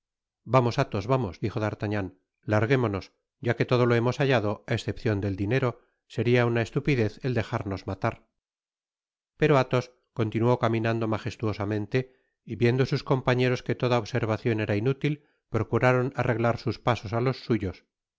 vamos athos vamos dijo d'artagnan larguémonos ya que todo lo hemos hallado á escepcion del dinero seria una estupidez el dejarnos matar pero athos continuó caminando majestuosamente y vicudosus compañeros que toda observacion era inútil procuraron arreglar sus pasos á los suyos